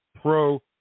pro